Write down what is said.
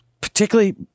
particularly